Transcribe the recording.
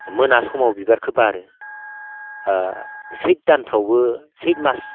मोना समाव बिबारा बारो सैत दानफ्रावबो सैत मास